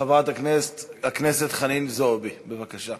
חברת הכנסת חנין זועבי, בבקשה.